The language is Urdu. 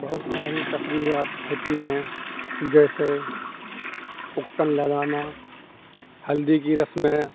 بہت ساری تقریبات ہوتی ہیں جیسے ابٹن لگانا ہلدی کی رسمیں